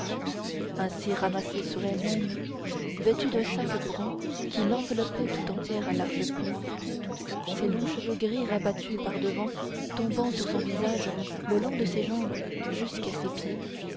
ainsi ramassée sur elle-même vêtue d'un sac brun qui l'enveloppait tout entière à larges plis ses longs cheveux gris rabattus par devant tombant sur son visage le long de ses jambes jusqu'à ses pieds